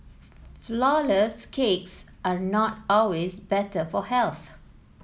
flourless cakes are not always better for health